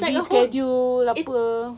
reschedule apa